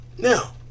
Now